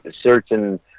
certain